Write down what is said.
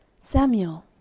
samuel.